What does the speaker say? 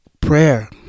prayer